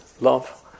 love